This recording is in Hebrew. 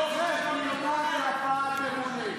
שוחד, מרמה והפרת אמונים.